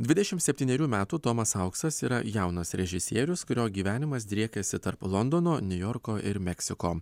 dvidešim septynerių metų tomas auksas yra jaunas režisierius kurio gyvenimas driekiasi tarp londono niujorko ir meksiko